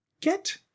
get